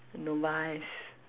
novice